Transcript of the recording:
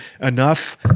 enough